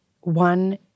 One